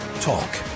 Talk